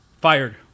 Fired